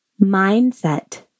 mindset